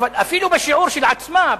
אבל אפילו בשיעור של עצמה,